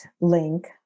link